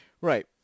Right